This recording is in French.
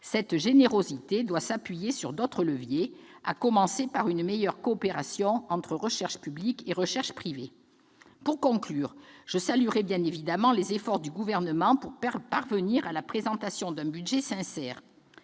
cette générosité doit s'appuyer sur d'autres leviers, à commencer par une meilleure coopération entre recherche publique et recherche privée. Pour conclure, je saluerai bien évidemment les efforts du Gouvernement pour parvenir à la présentation d'un budget sincère.